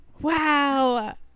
wow